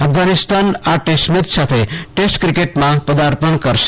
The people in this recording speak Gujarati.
અફધાનિસ્તાન આ ટેસ્ટમેચ સાથે ટેસ્ટ ક્રિકેટમાં પદાર્પણ કરશે